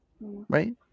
Right